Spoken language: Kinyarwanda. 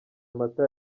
amata